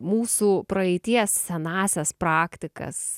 mūsų praeities senąsias praktikas